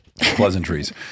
Pleasantries